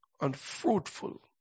unfruitful